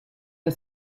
the